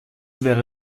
wäre